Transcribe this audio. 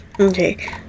Okay